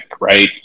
right